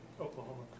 Oklahoma